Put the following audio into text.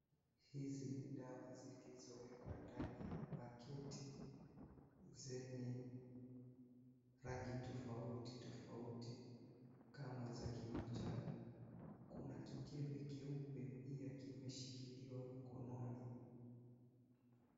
Hizi ni dawa zilizowekwa ndani ya paketi zenye rangi tofauti tofauti kama za kimanjano. Kuna kikebe keupe pia kimeshikiliwa mkononi.